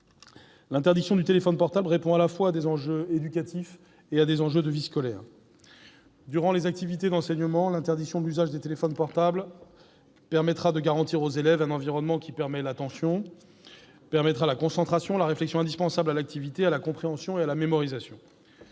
L'interdiction du téléphone portable répond à des enjeux à la fois éducatifs et de vie scolaire. Durant les activités d'enseignement, l'interdiction de l'usage des téléphones portables permettra de garantir aux élèves un environnement propice à l'attention, à la concentration, à la réflexion, indispensable à l'activité, à la compréhension et à la mémorisation.